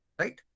right